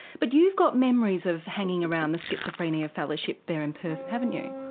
but you've got memories of hanging around the schizophrenia fellowship there in perth haven't you.